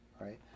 right